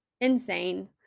Insane